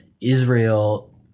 Israel